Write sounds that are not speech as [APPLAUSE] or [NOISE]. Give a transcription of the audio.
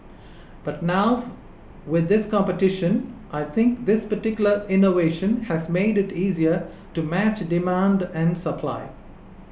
but now [NOISE] with this competition I think this particular innovation has made it easier to match demand and supply